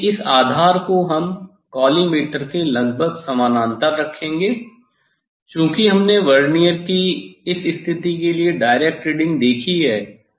इसलिए इस आधार को हम कॉलीमटोर के लगभग समानांतर रखेंगे चूँकि हमने वर्नियर की इस स्थिति के लिए डायरेक्ट रीडिंग देखी है